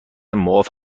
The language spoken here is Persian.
معاف